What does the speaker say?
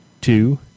two